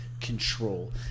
control